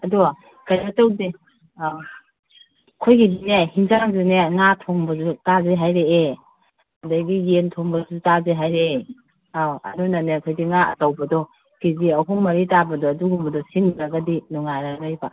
ꯑꯗꯣ ꯀꯩꯅꯣ ꯇꯧꯁꯦ ꯑꯩꯈꯣꯏꯒꯤꯗꯤꯅꯦ ꯑꯦꯟꯁꯥꯡꯁꯨꯅꯦ ꯉꯥ ꯊꯣꯡꯕꯗꯨ ꯆꯥꯁꯤ ꯍꯥꯏꯔꯛꯑꯦ ꯑꯗꯒꯤ ꯌꯦꯟ ꯊꯣꯡꯕꯁꯨ ꯆꯥꯁꯤ ꯍꯥꯏꯔꯛꯑꯦ ꯑꯧ ꯑꯗꯨꯅꯅꯦ ꯑꯩꯈꯣꯏꯗꯤ ꯉꯥ ꯑꯆꯧꯕꯗꯣ ꯀꯦ ꯖꯤ ꯑꯍꯨꯝ ꯃꯔꯤ ꯇꯥꯕꯗꯣ ꯑꯗꯨꯒꯨꯝꯕꯗꯣ ꯁꯤꯡꯗ꯭ꯔꯒꯗꯤ ꯅꯨꯡꯉꯥꯏꯔꯔꯣꯏꯕ